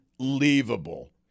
Unbelievable